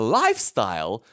lifestyle